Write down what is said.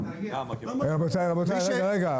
רבותיי, רגע רגע.